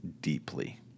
deeply